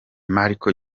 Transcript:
marco